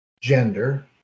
gender